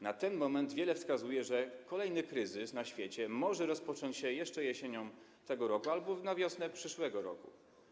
Na ten moment wiele wskazuje, że kolejny kryzys na świecie może rozpocząć się jeszcze jesienią tego roku albo na wiosnę przyszłego roku.